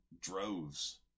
droves